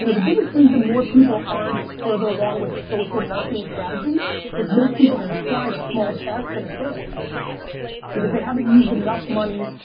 you know the biggest reason more people aren't further along with social marketing strategy is most people have tried small test and it failed because they haven't used enough money.